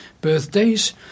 birthdays